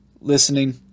listening